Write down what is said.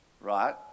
Right